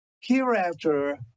Hereafter